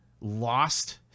lost